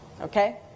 okay